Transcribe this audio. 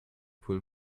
pool